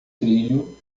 trilho